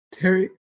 Terry